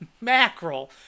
mackerel